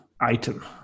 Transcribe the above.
item